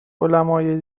علمای